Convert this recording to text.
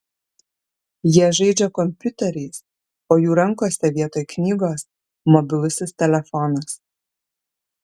jie žaidžia kompiuteriais o jų rankose vietoj knygos mobilusis telefonas